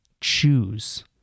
choose